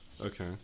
Okay